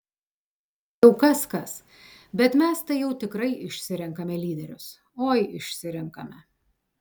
jau kas kas bet mes tai jau tikrai išsirenkame lyderius oi išsirenkame